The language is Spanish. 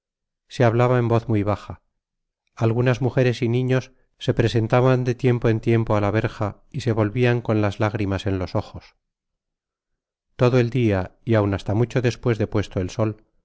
se hablaba en voz muy baja algunas mugeres y niños so presentaban de tiempo en tiempo á la verja y se volvian con las lágrimas en los ojos todo el dia y aun hasta mucho despues de puesto el sol